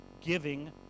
giving